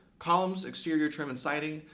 columns, exterior trim and siding.